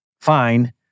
fine